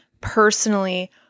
personally